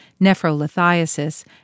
nephrolithiasis